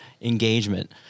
engagement